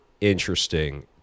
interesting